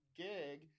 gig